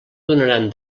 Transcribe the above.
donaran